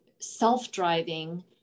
self-driving